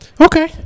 Okay